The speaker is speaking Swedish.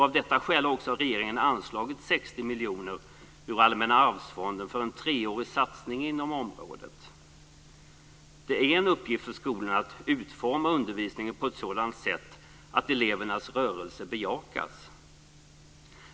Av detta skäl har regeringen anslagit 60 miljoner ur Allmänna Arvsfonden för en treårig satsning inom området. Det är en uppgift för skolorna att utforma undervisningen på ett sådant sätt att elevernas rörelse bejakas.